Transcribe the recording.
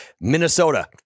Minnesota